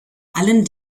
allen